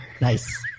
Nice